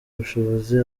bushobozi